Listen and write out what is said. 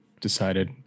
decided